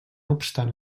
obstant